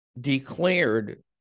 declared